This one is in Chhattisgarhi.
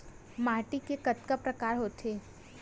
माटी के कतका प्रकार होथे?